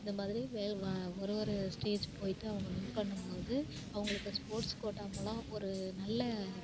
இந்த மாதிரி வே வா ஒரு ஒரு ஸ்டேஜ் போயிட்டு அவங்க வின் போது அவங்களுக்கு ஸ்போர்ட்ஸ் கோட்டா மூலம் ஒரு நல்ல